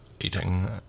eating